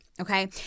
Okay